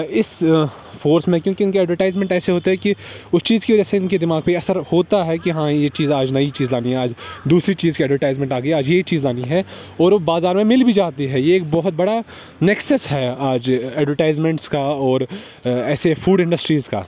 اس force میں کیونکہ ان کے اڈورٹائزمنٹ ایسے ہوتے ہیں کہ اس چیز کی وجہ سے ان کے دماغ پہ یہ اثر ہوتا ہے کہ ہاں یہ چیز آج نئی چیز لانی ہے آج دوسری چیز کی اڈورٹائزمنٹ آ گئی آج یہ چیز لانی ہے اور وہ بازار میں مل بھی جاتی ہے یہ ایک بہت بڑا نیکسیس ہے آج اڈورٹائزمنٹس کا اور ایسے فوڈ انڈسٹریز کا